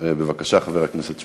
בבקשה, חבר הכנסת שמולי.